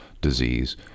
disease